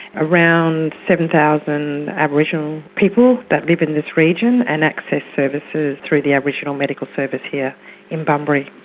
around seven thousand aboriginal people that live in this region and access services through the aboriginal medical service here in bunbury.